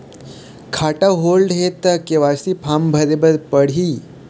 खाता होल्ड हे ता के.वाई.सी फार्म भरे भरे बर पड़ही?